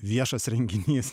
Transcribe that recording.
viešas renginys